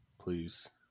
please